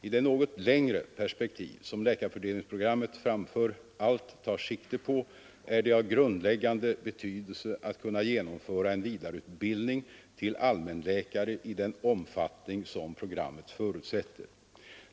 I det något längre perspektiv som läkarfördelningsprogrammet framför allt tar sikte på är det av grundläggande betydelse att kunna genomföra en vidareutbildning till allmänläkare i den omfattning som programmet förutsätter.